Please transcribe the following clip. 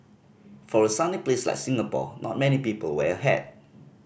for a sunny place like Singapore not many people wear a hat